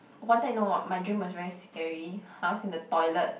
one time you know my dream was very scary I was in the toilet